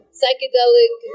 psychedelic